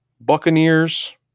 Buccaneers